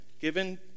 given